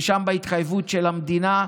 ושם בהתחייבות של המדינה,